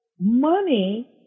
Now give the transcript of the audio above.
money